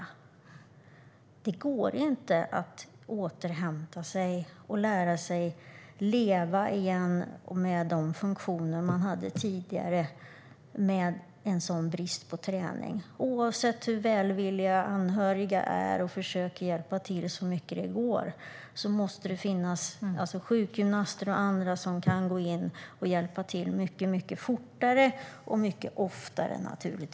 Med en sådan brist på träning går det inte att återhämta sig och lära sig leva med de funktioner man hade tidigare. Oavsett hur välvilliga anhöriga är och försöker hjälpa till så mycket det går måste det naturligtvis finnas sjukgymnaster och andra som kan gå in och hjälpa till mycket fortare och oftare.